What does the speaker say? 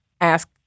ask